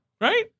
right